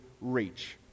reach